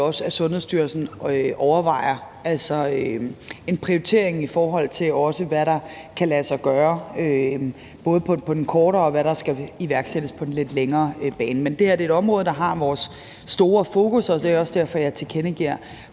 at Sundhedsstyrelsen overvejer en prioritering, i forhold til hvad der kan lade sig gøre, både på den korte bane, og hvad der skal iværksættes på den lidt længere bane. Med det her er et område, der har vores store fokus, og det er også derfor, jeg tilkendegiver,